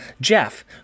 Jeff